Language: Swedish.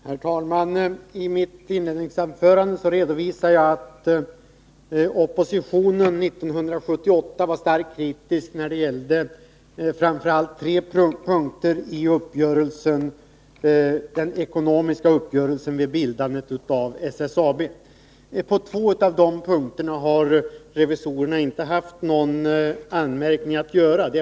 band med bildan Herr talman! I mitt inledningsanförande redovisade jag att oppositionen det av SSAB 1978 var starkt kritisk när det gällde framför allt tre punkter i den ekonomiska uppgörelsen vid bildandet av SSAB. På två av de punkterna har revisorerna inte haft någon anmärkning att göra.